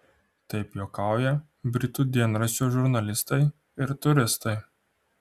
taip juokauja britų dienraščio žurnalistai ir turistai